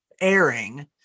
airing